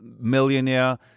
millionaire